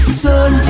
sun